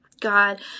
God